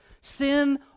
Sin